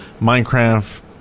Minecraft